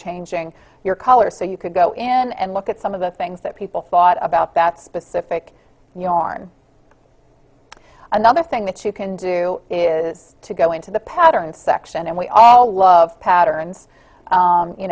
changing your color so you could go in and look at some of the things that people thought about that specific yarn another thing that you can do is to go into the pattern section and we all love patterns